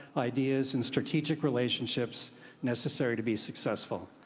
ideas, and strategic relationships necessary to be successful.